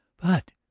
but,